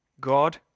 God